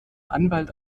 anwalt